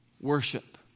worship